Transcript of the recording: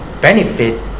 benefit